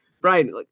Brian